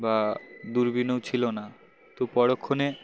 বা দুর্বীনও ছিল না তো পরক্ষণে